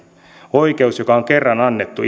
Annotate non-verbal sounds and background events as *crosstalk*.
oikeutta joka on kerran annettu *unintelligible*